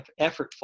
effortful